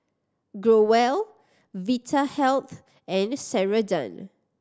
Growell Vitahealth and Ceradan